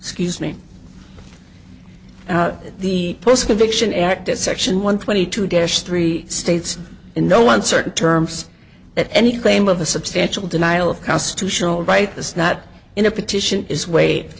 excuse me the post conviction acted section one twenty two days three states in no uncertain terms that any claim of a substantial denial of constitutional right this not in a petition is wai